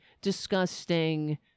disgusting